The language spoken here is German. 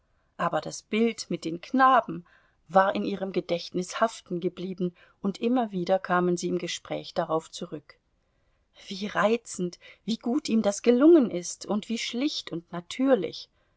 aber das bild mit den knaben war in ihrem gedächtnis haftengeblieben und immer wieder kamen sie im gespräch darauf zurück wie reizend wie gut ihm das gelungen ist und wie schlicht und natürlich